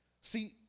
See